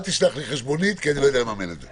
אל תשלח לי חשבונית, כי אני לא יודע לממן את זה.